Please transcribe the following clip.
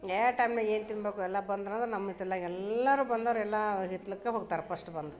ಯಾವ ಯಾವ ಟೈಮ್ನಾಗ ಏನು ತಿನ್ಬೇಕು ಎಲ್ಲ ಬಂದ್ರು ಅಂದ್ರೆ ನಮ್ಮ ಹಿತ್ತಲ್ದಾಗ ಎಲ್ಲರೂ ಬಂದೋರು ಎಲ್ಲ ಹಿತ್ಲಕ್ಕೇ ಹೋಗ್ತಾರೆ ಫಸ್ಟ್ ಬಂದು